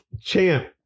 Champ